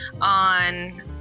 on